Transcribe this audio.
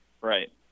Right